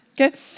Okay